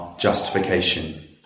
Justification